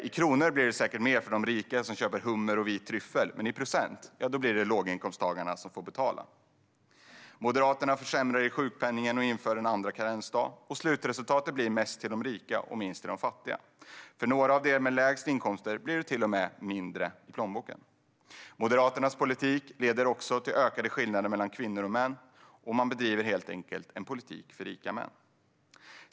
I kronor blir det säkert mer för de rika som köper hummer och vit tryffel, men i procent blir det låginkomsttagarna som får betala mest. Moderaterna försämrar också i sjukpenningen och inför en andra karensdag. Slutresultatet blir mest till de rika och minst till de fattiga. För några av dem med lägst inkomster blir det till och med mindre i plånboken. Moderaternas politik leder också till ökade skillnader mellan kvinnor och män, och de bedriver helt enkelt en politik för rika män.